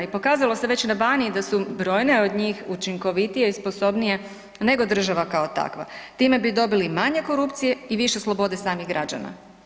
I pokazalo se već na Baniji da su brojne od njih učinkovitije i sposobnije nego država kao takva, time bi dobili manje korupcije i više slobode samih građana.